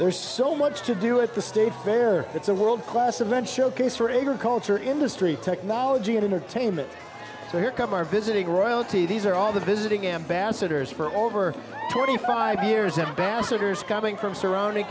there's so much to do at the state fair it's a world class event showcase for a bigger culture industry technology and entertainment so here come our visiting royalty these are all the visiting ambassadors for over twenty five years ambassadors coming from surrounding